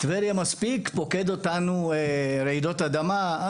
טבריה זו עיר שפוקדות אותה רעידות אדמה וזה מספיק,